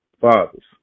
fathers